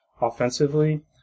offensively